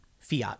fiat